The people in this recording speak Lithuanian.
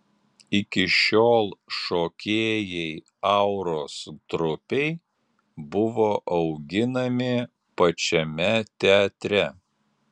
iki šiol šokėjai auros trupei buvo auginami pačiame teatre